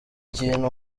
ibintu